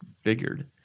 figured